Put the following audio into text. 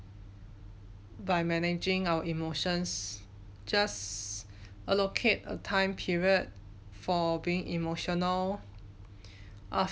by managing our emotions just allocate a time period for being emotional after